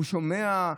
הוא שומע,